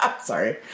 Sorry